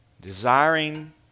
Desiring